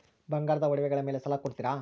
ಬಂಗಾರದ ಒಡವೆಗಳ ಮೇಲೆ ಸಾಲ ಕೊಡುತ್ತೇರಾ?